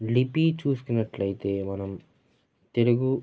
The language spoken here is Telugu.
లిపి చూసుకున్నట్లయితే మనం తెలుగు